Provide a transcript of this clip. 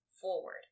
forward